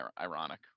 ironic